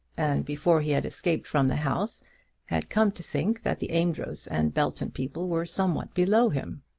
and before he had escaped from the house had come to think that the amedroz and belton people were somewhat below him.